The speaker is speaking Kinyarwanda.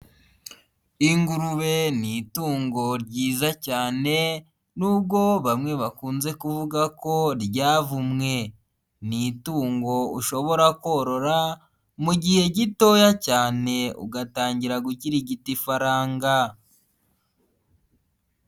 Ingurube ni itungo ryiza cyane nubwo bamwe bakunze kuvuga ko ryavumwe, ni itungo ushobora korora mu gihe gitoya cyane ugatangira gukirigita ifaranga.